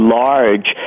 large